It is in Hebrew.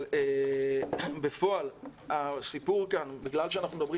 אבל בפועל הסיפור כאן בגלל שאנחנו מדברים